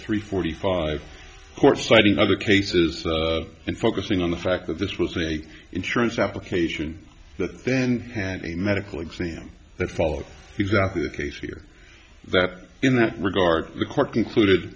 three forty five or citing other cases and focusing on the fact that this was a insurance application that then had a medical exam that followed exactly the case here that in that regard the court concluded